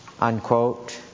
Unquote